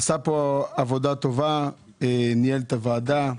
הוא עשה פה עבודה טובה, ניהל את הוועדה.